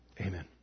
Amen